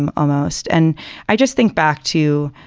um almost. and i just think back to,